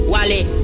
Wally